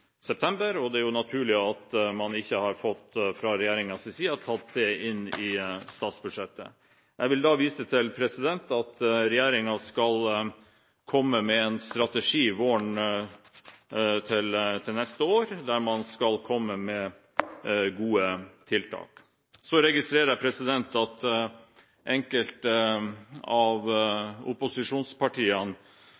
september, og det er naturlig at man ikke fra regjeringens side har tatt det inn i statsbudsjettet. Jeg vil vise til at regjeringen skal komme med en strategi til våren der man skal komme med gode tiltak. Så registrerer jeg at enkelte av